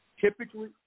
Typically